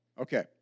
Okay